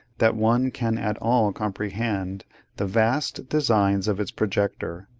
that one can at all comprehend the vast designs of its projector,